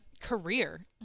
career